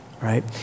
right